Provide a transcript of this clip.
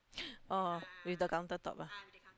oh with the counter top ah